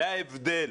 זה ההבדל.